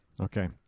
Okay